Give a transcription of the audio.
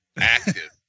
active